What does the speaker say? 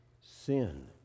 sin